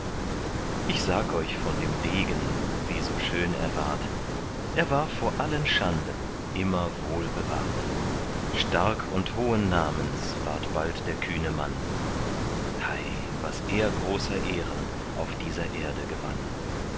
ich sag euch von dem degen wie so schön er ward er war vor allen schanden immer wohl bewahrt stark und hohen namens ward bald der kühne mann hei was er großer ehren auf dieser erde gewann